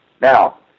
Now